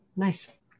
Nice